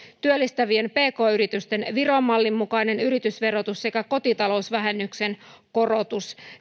työllistävien pk yritysten viron mallin mukainen yritysverotus sekä kotitalousvähennyksen korotus